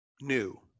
new